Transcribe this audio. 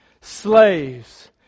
slaves